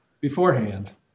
beforehand